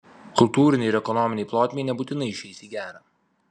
kultūrinei ir ekonominei plotmei nebūtinai išeis į gerą